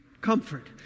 Comfort